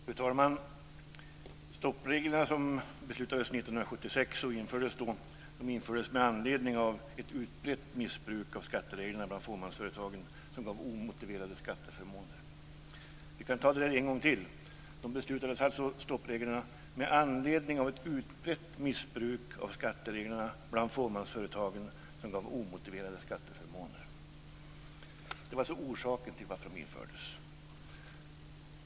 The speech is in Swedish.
Fru talman! Stoppreglerna som beslutades 1976, och som också infördes då, infördes med anledning av ett utbrett missbruk av skattereglerna bland fåmansföretagen. Det gav omotiverade skatteförmåner. Vi kan ta det en gång till: Stoppreglerna infördes alltså med anledning av ett utbrett missbruk av skattereglerna bland fåmansföretagen som gav omotiverade skatteförmåner. Det var orsaken till att de infördes.